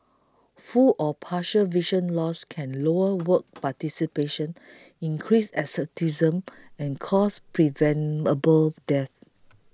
full or partial vision loss can lower work participation increase absenteeism and cause preventable deaths